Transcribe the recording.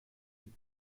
die